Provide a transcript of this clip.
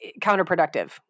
counterproductive